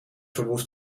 verwoest